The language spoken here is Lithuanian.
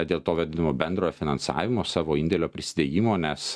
dėl to vadinamo bendrojo finansavimo savo indėlio prisidėjimo nes